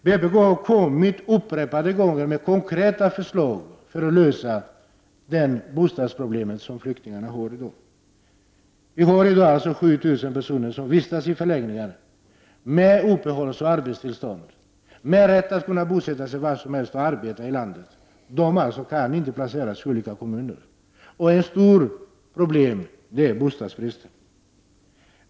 Vpk har upprepade gånger lagt fram konkreta förslag till en lösning av flyktingarnas bostadsproblem. I dag vistas ca 7 000 personer med uppehållsoch arbetstillstånd på förläggningar. Dessa personer har rätt att bosätta sig och arbeta var som helst i landet. På grund av bostadsbristen, som är ett stort problem, kan de inte göra det.